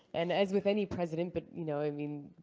and as with any president, but you know, i mean